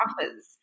offers